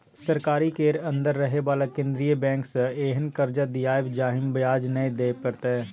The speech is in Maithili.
सरकारी केर अंदर रहे बला केंद्रीय बैंक सँ एहेन कर्जा दियाएब जाहिमे ब्याज नै दिए परतै